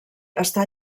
està